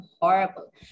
horrible